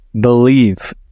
believe